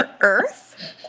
Earth